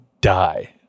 die